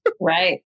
Right